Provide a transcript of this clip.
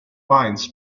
lines